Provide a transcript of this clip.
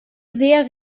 sehr